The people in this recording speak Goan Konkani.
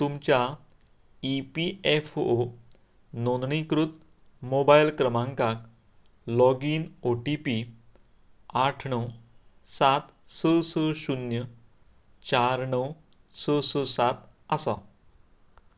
तुमच्या ई पी एफ ओ नोंदणीकृत मोबायल क्रमांकाक लॉगीन ओटीपी आठ णव सात स स शुन्य चार णव स स सात आसा